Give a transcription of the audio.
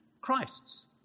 Christs